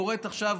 היא קורית עכשיו,